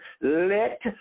Let